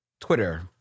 Twitter